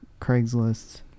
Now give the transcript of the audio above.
Craigslist